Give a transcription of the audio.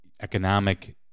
Economic